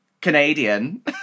Canadian